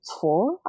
four